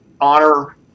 honor